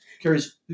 carries